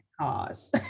cause